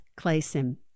Clayson